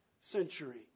century